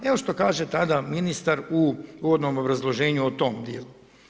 Evo što kaže tada ministar u uvodnom obrazloženju o tom dijelu.